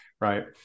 Right